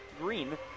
green